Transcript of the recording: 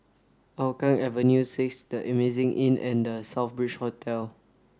Hougang Avenue six The Amazing Inn and The Southbridge Hotel